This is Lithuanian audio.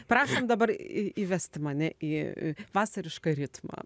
prašom dabar į įvesti mane į vasarišką ritmą